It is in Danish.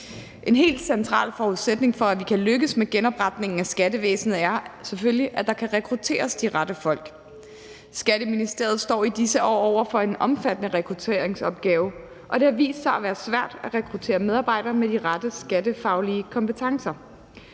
En helt central forudsætning for, at vi kan lykkes med genopretningen af skattevæsenet er selvfølgelig, at der kan rekrutteres de rette folk. Skatteministeriet står i disse år over for en omfattende rekrutteringsopgave, og det har vist sig at være svært at rekruttere medarbejdere med de rette skattefaglige kompetencer.